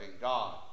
God